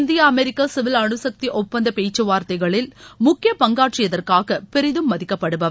India America civil அனுசக்தி ஒப்பந்த பேச்சுவார்த்தைகளில் முக்கிய பங்காற்றியதற்காக பெரிதும் மதிக்கப்படுபவர்